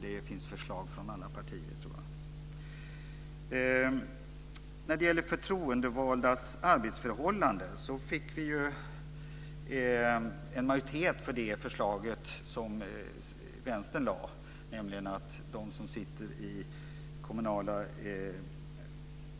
Det fanns en majoritet för det förslag om förtroendevaldas arbetsförhållanden som Vänstern lade fram, nämligen att de som sitter i styrelser för kommunala